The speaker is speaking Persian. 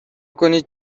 کنید